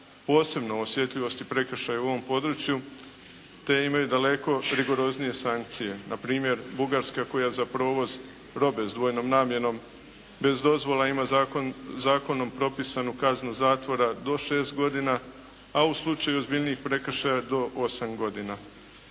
posebno o osjetljivosti prekršaja u ovom području te imaju daleko rigoroznije sankcije, npr. Bugarska koja za provoz robe s dvojnom namjenom bez dozvole ima zakonom propisanu kaznu zatvora do 6 godina, a u slučaju ozbiljnijih prekršaja do 8 godina.